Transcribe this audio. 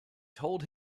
told